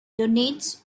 dominates